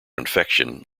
infection